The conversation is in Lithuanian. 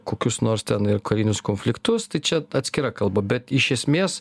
kokius nors ten ir karinius konfliktus tai čia atskira kalba bet iš esmės